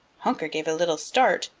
honker gave a little start,